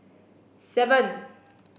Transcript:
seven